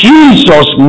Jesus